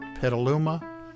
Petaluma